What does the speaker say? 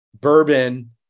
bourbon